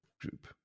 group